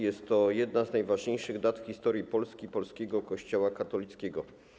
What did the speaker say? Jest to jedna z najważniejszych dat w historii Polski i polskiego Kościoła katolickiego.